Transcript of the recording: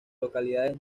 localidades